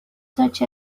such